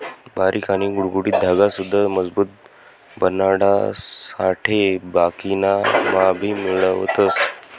बारीक आणि गुळगुळीत धागा सुद्धा मजबूत बनाडासाठे बाकिना मा भी मिळवतस